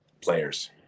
players